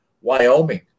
Wyoming